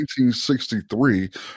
1963